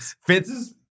fences